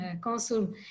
consul